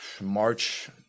March